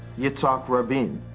yitzhak rabin,